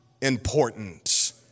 important